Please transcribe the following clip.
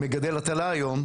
מגדל הטלה היום,